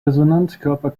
resonanzkörper